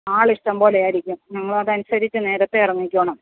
ആൾ ഇഷ്ടംപോലെ ആയിരിക്കും നിങ്ങൾ അതനുസരിച്ച് നേരത്തെ ഇറങ്ങിക്കൊളളണം